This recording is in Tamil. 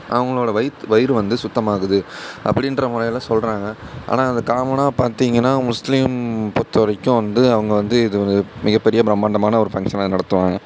அவங்களோட வயித் வயிறு வந்து சுத்தமாகுது அப்படின்ற முறையில் சொல்கிறாங்க ஆனால் அது காமனாக பார்த்தீங்கன்னா முஸ்லீம் பொறுத்த வரைக்கும் வந்து அவங்க வந்து இது ஒரு மிகப்பெரிய பிரமாண்டமான ஒரு ஃபங்க்ஷனாக நடத்துவாங்க